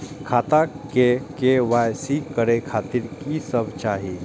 खाता के के.वाई.सी करे खातिर की सब चाही?